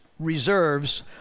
reserves